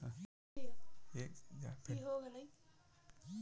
एक बीगहा धान में केतना डाई लागेला?